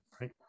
Right